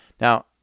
Now